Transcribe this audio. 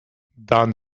dan